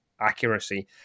accuracy